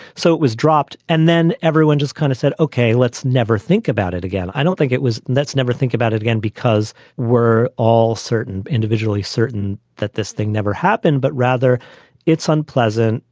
so it was dropped. and then everyone just kind of said, ok, let's never think about it again. i don't think it was. let's never think about it again, because we're all certain individuals, certain that this thing never happened, but rather it's unpleasant.